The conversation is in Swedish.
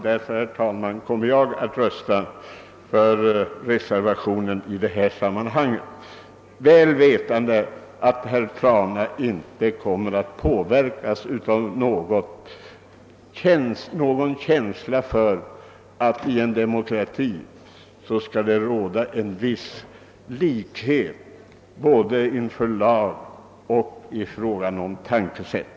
Därför, herr talman, kommer jag att rösta för reservationen, väl vetande att herr Trana inte kommer att påverkas av någon känsla för att det i en demokrati bör råda en viss likhet både inför lagen och i fråga om tänkesätt.